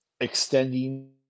extending